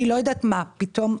אני לא יודעת מה יקרה פתאום,